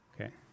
Okay